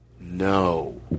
No